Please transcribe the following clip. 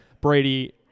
Brady